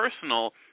personal